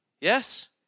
Yes